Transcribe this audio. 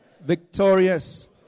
victorious